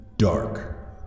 dark